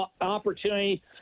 opportunity